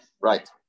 right